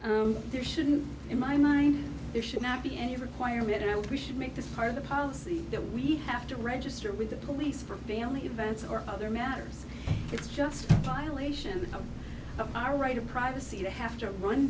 there shouldn't in my mind there should not be any requirement and we should make this part of the policy that we have to register with the police for daily events or other matters it's just file ation of our right of privacy to have to run